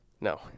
No